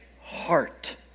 heart